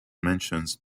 mentions